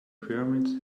pyramids